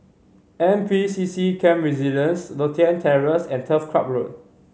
N P C C Camp Resilience Lothian Terrace and Turf Club Road